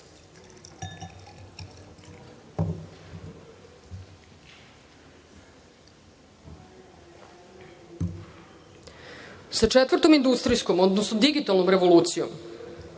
četvrtom industrijskom, odnosno digitalnom revolucijom